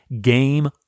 Game